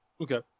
Okay